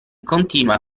continua